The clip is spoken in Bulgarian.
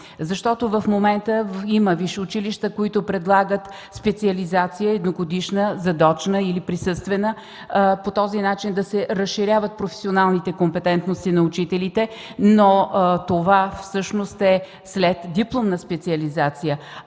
защото в момента има висши училища, които предлагат специализация – едногодишна, задочна или присъствена, по този начин да се разширяват професионалните компетентности на учителите. Но това всъщност е следдипломна специализация,